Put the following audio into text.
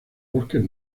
bosques